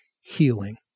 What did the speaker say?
healing